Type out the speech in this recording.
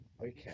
Okay